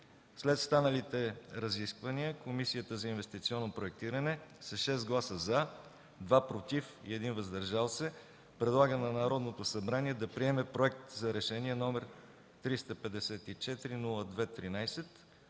След станалите разисквания Комисията по инвестиционно проектиране с 6 гласа „за”, 2 „против” и 1 „въздържал се” предлага на Народното събрание да приеме Проект за решение, № 354-02-13,